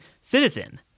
citizen